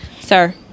sir